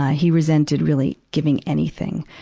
he resented, really, giving anything,